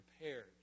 prepared